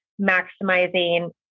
maximizing